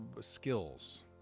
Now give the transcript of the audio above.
skills